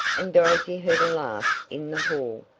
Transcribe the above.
and dorothy heard a laugh in the hall.